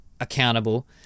accountable